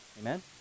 Amen